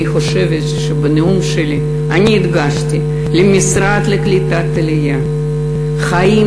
אני חושבת שבנאום שלי אני הדגשתי שבמשרד לקליטת העלייה החיים